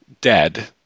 dead